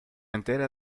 entera